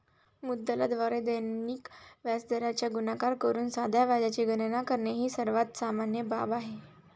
मुद्दलाद्वारे दैनिक व्याजदराचा गुणाकार करून साध्या व्याजाची गणना करणे ही सर्वात सामान्य बाब आहे